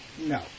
No